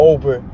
Over